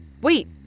Wait